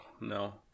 no